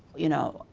you know,